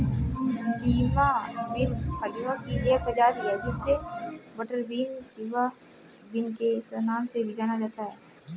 Lima bean फलियों की एक प्रजाति है जिसे बटरबीन, सिवा बिन के नाम से भी जाना जाता है